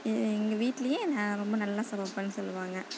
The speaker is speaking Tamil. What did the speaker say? எங்கள் வீட்டிலியே நான் ரொம்ப நல்லா சமைப்பேன்னு சொல்லுவாங்க